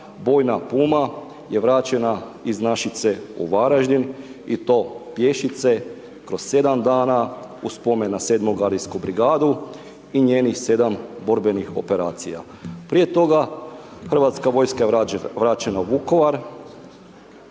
bojna Puma je vraćena iz Našice u Varaždin i to pješice kroz 7 dana u spomen na 7.-mu gardijsku brigadu i njenih 7 borbenih operacija. Prije toga, hrvatska vojska je vraćena u Vukovar,